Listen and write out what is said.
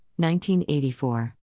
1984